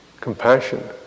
compassion